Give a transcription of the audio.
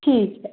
ठीक है